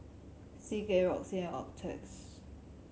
C K Roxy and Optrex